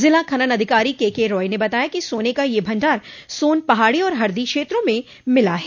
जिला खनन अधिकारी केके राय ने बताया कि सोने का यह भंडार सोन पहाड़ी और हरदी क्षेत्रों में मिला है